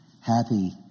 happy